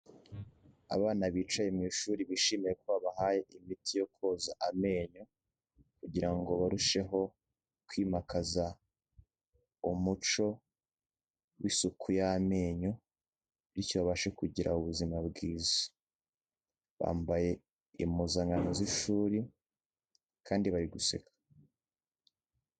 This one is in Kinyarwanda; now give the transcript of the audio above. Abana bicaye mu ishuri bishimiye ko babahaye imiti yo koza amenyo kugira ngo barusheho kwimakaza umuco w'isuku y'amenyo bityo babashe kugira ubuzima bwiza, bambaye impuzankano z'ishuri kandi bari guseka.